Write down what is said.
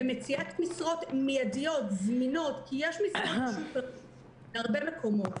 במציאת משרות מיידיות וזמינות כי יש משרות בהרבה מקומות.